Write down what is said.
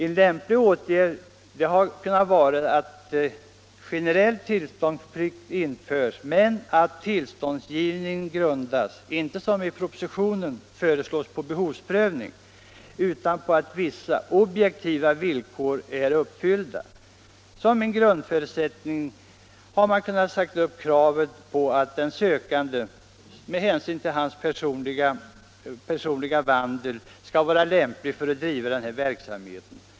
En lämplig åtgärd kunde ha varit att generell tillståndsplikt införes men att tillståndsgivningen grundas inte som föreslås i propositionen på behovsprövning utan på att vissa objektiva villkor är uppfyllda. Som en grundförutsättning kunde man ha krävt att den sökande med hänsyn till personlig vandel skulle vara lämplig att driva denna verksamhet.